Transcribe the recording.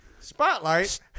Spotlight